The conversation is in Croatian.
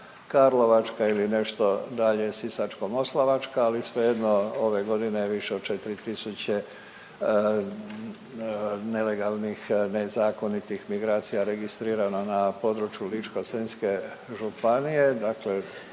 Karlovačka ili nešto dalje Sisačko-moslavačka, ali svejedno ove godine više od 4.000 nelegalnih, nezakonitih migracija registrirano na području Ličko-senjske županije,